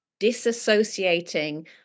disassociating